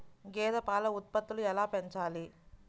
గేదె పాల ఉత్పత్తులు ఎలా పెంచాలి?